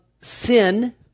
sin